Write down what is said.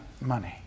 money